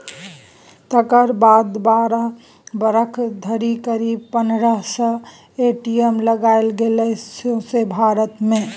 तकर बाद बारह बरख धरि करीब पनरह सय ए.टी.एम लगाएल गेलै सौंसे भारत मे